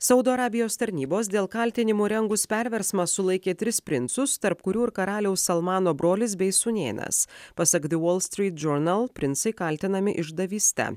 saudo arabijos tarnybos dėl kaltinimų rengus perversmą sulaikė tris princus tarp kurių ir karaliaus salmano brolis bei sūnėnas pasak de volstrit džornal princai kaltinami išdavyste